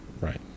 Right